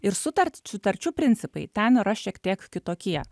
ir sutart sutarčių principai ten yra šiek tiek kitokie